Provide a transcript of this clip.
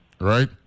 right